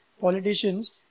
politicians